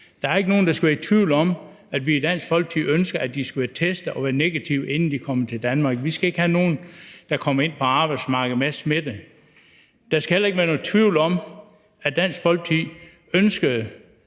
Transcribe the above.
Der er ikke nogen, der skal være i tvivl om, at vi i Dansk Folkeparti ønsker, at de skal være testet negativ, inden de kommer til Danmark. Vi skal ikke have nogen, der kommer ind på arbejdsmarkedet med smitte. Der skal heller ikke være nogen tvivl om, at Dansk Folkeparti ønskede,